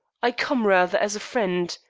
i come, rather, as a friend,